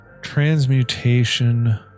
Transmutation